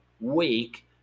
week